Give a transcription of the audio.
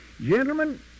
Gentlemen